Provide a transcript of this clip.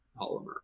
polymer